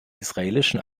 israelischen